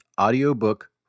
audiobook